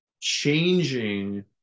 changing